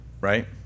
right